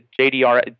JDR